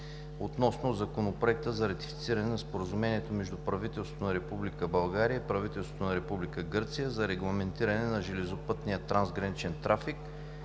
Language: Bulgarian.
относно Законопроект за ратифициране на Споразумението между правителството на Република България и правителството на Република Гърция за регламентиране на железопътния трансграничен трафик,